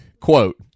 quote